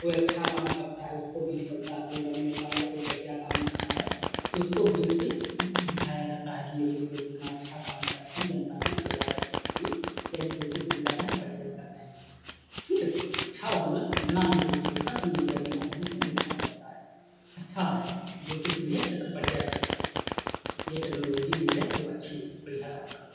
कोई अच्छा काम करता है उसको भी निकलता है कोई राजनेता अगर कोई बढ़िया काम करता है तो उसको भी इस पर दिखाया जाता है कि यह लोग भी देखो कितना अच्छा काम कर रहे जनता की सेवा करने के लिए या जो कुछ भी कर रहे हैं बढ़िया कर रहे हैं ठीक है अच्छा बुरा जितना भी जो कुछ होता तो मीडिया के माध्यम से दिखाया जाता है अच्छा है जो कुछ भी है यह सब बढ़िया चीज़ है यह टेक्नोलॉजी ही है जो अच्छी बढ़िया काम कर रही है